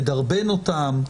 לדרבן אותם,